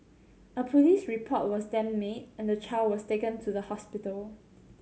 a police report was then made and the child was taken to the hospital